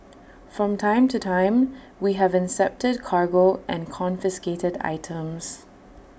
from time to time we have incepted cargo and confiscated items